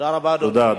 תודה רבה, אדוני.